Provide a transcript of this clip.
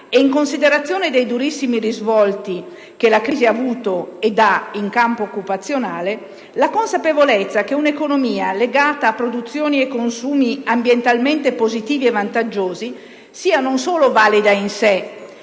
e in considerazione dei durissimi risvolti che la crisi ha avuto ed ha in campo occupazionale, la consapevolezza che un'economia legata a produzioni e consumi ambientalmente positivi e vantaggiosi sia non solo valida in sé